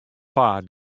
paad